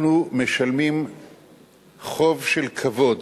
אנחנו משלמים חוב של כבוד